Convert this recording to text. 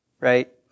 Right